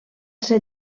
ser